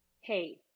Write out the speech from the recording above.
hey